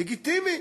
לגיטימי.